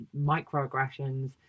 microaggressions